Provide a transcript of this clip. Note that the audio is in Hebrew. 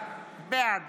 בעד